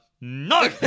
no